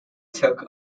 took